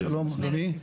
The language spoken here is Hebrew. שלום אדוני.